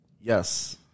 Yes